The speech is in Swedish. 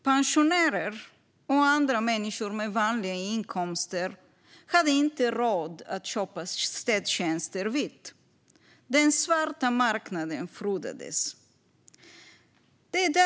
Pensionärer och andra med vanliga inkomster hade inte råd att köpa städtjänster vitt. Den svarta marknaden frodades.